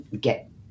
get